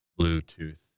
bluetooth